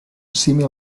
símil